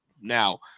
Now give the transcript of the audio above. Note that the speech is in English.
now